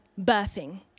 birthing